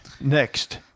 Next